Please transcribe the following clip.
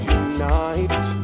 unite